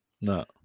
No